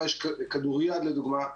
לדוגמא,